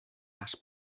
has